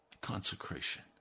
Consecration